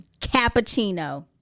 Cappuccino